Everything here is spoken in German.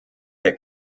der